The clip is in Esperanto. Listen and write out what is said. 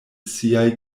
siaj